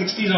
చూస్తాము